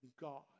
God